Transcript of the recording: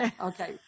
okay